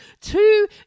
two